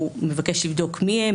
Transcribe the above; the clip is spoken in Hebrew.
הוא מבקש לבדוק מי הם,